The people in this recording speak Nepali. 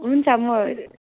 हुन्छ म